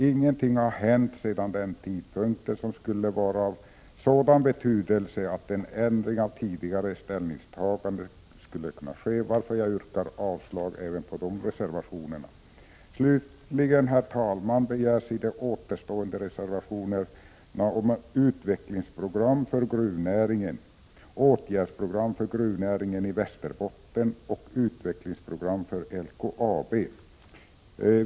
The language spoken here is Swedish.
Inget har hänt sedan den tidpunkt som skulle vara av avgörande betydelse för en ändring av tidigare ställningstaganden, varför jag yrkar avslag också på dessa reservationer. Slutligen, herr talman, begärs i de återstående reservationerna ett utvecklingsprogram för gruvnäringen, åtgärdsprogram för gruvnäringen i Västerbotten och utvecklingsprogram för LKAB.